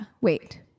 wait